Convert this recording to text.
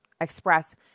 express